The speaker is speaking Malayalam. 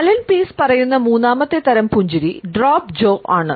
അലൻ പീസ് പറയുന്ന മൂന്നാമത്തെ തരം പുഞ്ചിരി ഡ്രോപ്പ് ജോ ആണ്